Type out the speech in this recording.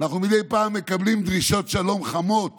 מדי פעם אנחנו מקבלים דרישות שלום חמות